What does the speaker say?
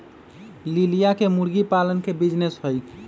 लिलिया के मुर्गी पालन के बिजीनेस हई